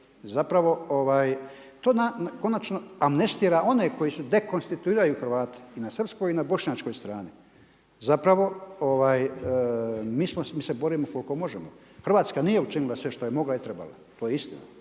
Zapravo to konačno amnestira one koji su dekonstituirali Hrvate i na srpskoj i na bošnjačkoj strani, zapravo mi se borimo koliko možemo. Hrvatska nije učinila sve što je mogla i trebala, to je istina,